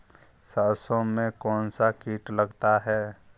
सरसों में कौनसा कीट लगता है?